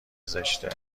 زشته